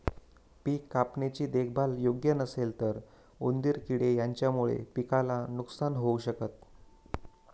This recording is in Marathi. पिक कापणी ची देखभाल योग्य नसेल तर उंदीर किडे यांच्यामुळे पिकाला नुकसान होऊ शकत